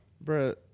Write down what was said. bro